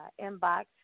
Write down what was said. inbox